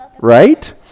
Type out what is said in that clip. right